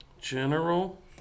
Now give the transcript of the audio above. General